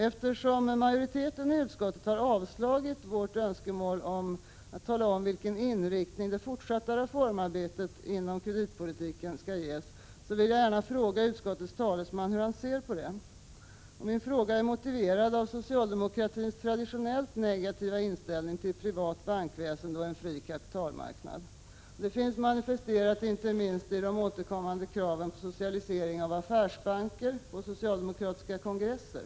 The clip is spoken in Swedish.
Eftersom majoriteten i utskottet har avstyrkt vårt önskemål om vilken inriktning det fortsatta reformarbetet inom kreditpolitiken skall ges, vill jag fråga utskottets talesman hur han ser på detta. Frågan är motiverad av socialdemokratins traditionellt negativa inställning till privat bankväsende och en fri kapitalmarknad. Detta finns ju manifesterat, inte minst i de återkommande kraven på socialisering av affärsbankerna på socialdemokratiska kongresser.